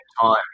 time